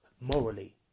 morally